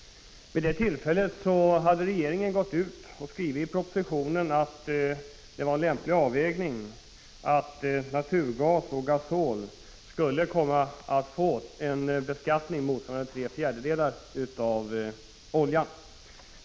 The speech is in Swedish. Vid det tillfället hade regeringen skrivit i propositionen att det var en lämplig avvägning att naturgas och gasol fick en beskattning motsvarande tre fjärdedelar av oljans.